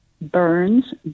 Burns